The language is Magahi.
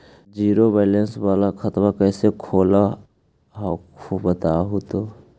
जीरो बैलेंस वाला खतवा कैसे खुलो हकाई बताहो तो?